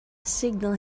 signal